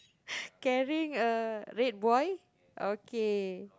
carrying a red boy okay